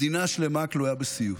מדינה שלמה כלואה בסיוט.